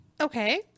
Okay